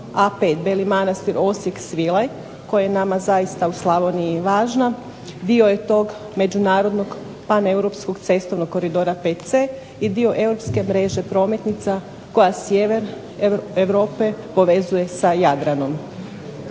A5 Beli Manastir – Osijek – Svilaj koja je nama zaista u Slavoniji važna dio je tog međunarodnog paneuropskog cestovnog koridora VC i dio europske mreže prometnica koja sjever Europe povezuje sa Jadranom.